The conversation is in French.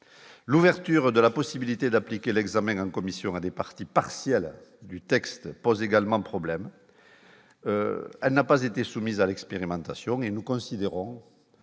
l'ouverture de la possibilité d'appliquer l'examen en commission à des parties partielle du texte pose également problème, elle n'a pas été soumise à l'expérimentation et nous considérons